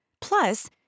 Plus